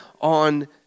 on